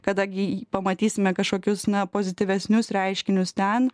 kada gi pamatysime kažkokius na pozityvesnius reiškinius ten